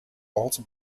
also